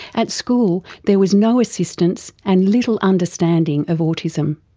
at school there was no assistance and little understanding of autism.